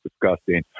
disgusting